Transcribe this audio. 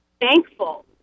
thankful